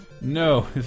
No